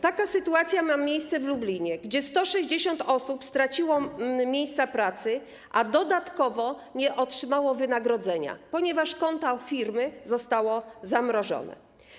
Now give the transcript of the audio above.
Taka sytuacja jest w Lublinie, gdzie 160 osób straciło miejsca pracy, a dodatkowo nie otrzymało wynagrodzenia, ponieważ konto firmy zostało zamrożone.